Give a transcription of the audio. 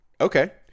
okay